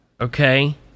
Okay